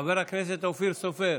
חבר הכנסת אופיר סופר,